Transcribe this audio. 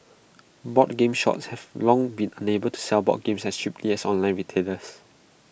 board game shops have long been unable to sell board games as cheaply as online retailers